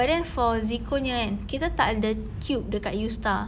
but then zeko punya kan kita tak ada cube dekat U star